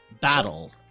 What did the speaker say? Battle